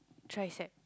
tricep